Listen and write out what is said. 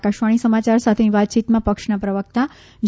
આકાશવાણી સમાચાર સાથેની વાતચીતમાં પક્ષના પ્રવક્તા જી